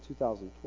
2012